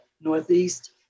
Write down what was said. Northeast